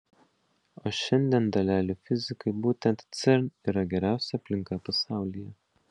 o šiandien dalelių fizikai būtent cern yra geriausia aplinka pasaulyje